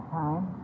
time